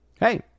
Hey